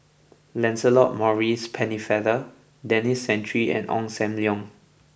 Lancelot Maurice Pennefather Denis Santry and Ong Sam Leong